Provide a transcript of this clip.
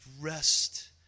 rest